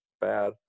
Bad